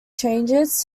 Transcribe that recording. changes